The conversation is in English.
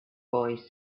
boy